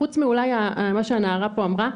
אולי חוץ ממה שהנערה פה אמרה,